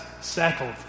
settled